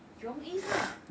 jurong east ah